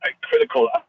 critical